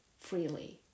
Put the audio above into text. freely